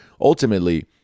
ultimately